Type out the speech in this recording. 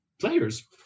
players